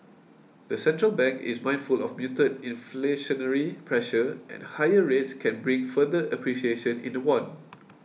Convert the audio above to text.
the central bank is mindful of muted inflationary pressure and higher rates can bring further appreciation in the won